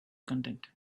content